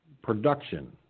production